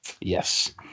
Yes